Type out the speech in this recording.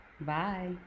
Bye